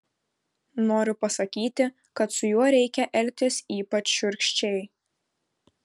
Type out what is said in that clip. noriu pasakyti kad su juo reikia elgtis ypač šiurkščiai